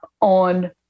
on